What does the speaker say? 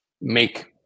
make